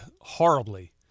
horribly